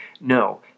No